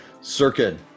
circuit